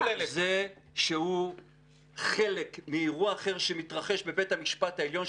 זה שהוא חלק מאירוע אחר שמתרחש בבית המשפט העליון,